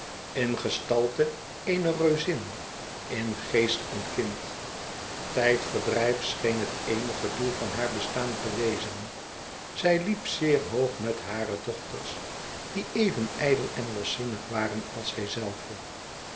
in gestaite eene reuzin in geest een kind tijdverdrijf scheen het eenig doel van haar bestaan te wezen zij liep zeer hoog met hare dochters die even ijdel en loszinnig waren als zij zelve